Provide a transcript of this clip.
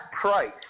price